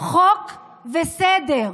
חוק וסדר.